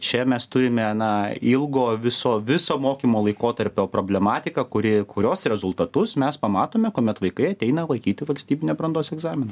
čia mes turime na ilgo viso viso mokymo laikotarpio problematiką kuri kurios rezultatus mes pamatome kuomet vaikai ateina laikyti valstybinio brandos egzamino